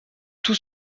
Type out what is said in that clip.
tout